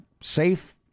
safe